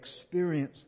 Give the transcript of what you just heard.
experience